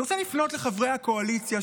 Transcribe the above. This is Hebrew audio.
אני רוצה לפנות לחברי הקואליציה,